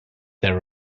their